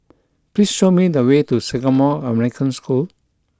please show me the way to Singapore American School